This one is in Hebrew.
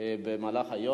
חשובים מהכול,